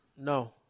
no